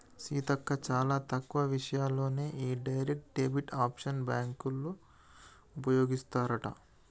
సీతక్క చాలా తక్కువ విషయాల్లోనే ఈ డైరెక్ట్ డెబిట్ ఆప్షన్ బ్యాంకోళ్ళు ఉపయోగిస్తారట